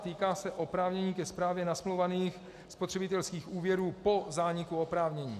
Týká se oprávnění ke správě nasmlouvaných spotřebitelských úvěrů po zániku oprávnění.